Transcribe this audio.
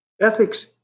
ethics